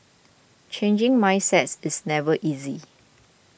changing mindsets is never easy